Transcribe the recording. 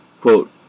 quote